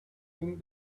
think